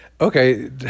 Okay